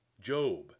Job